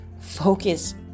focus